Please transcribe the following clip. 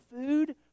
food